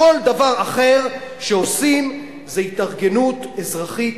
כל דבר אחר שעושים זה התארגנות אזרחית,